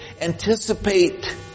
anticipate